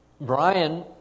Brian